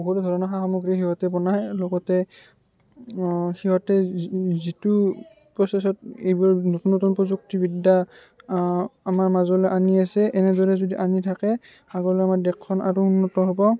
বহুতো ধৰণৰ সা সামগ্ৰী সিহঁতে বনায় লগতে অঁ সিহঁতে যিটো প্ৰচেছত এইবোৰ নতুন নতুন প্ৰযুক্তিবিদ্যা আমাৰ মাজলৈ আনি আছে এনেদৰে যদি আনি থাকে আগলৈ আমাৰ দেশখন আৰু উন্নত হ'ব